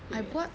ya